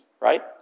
right